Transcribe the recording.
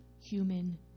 human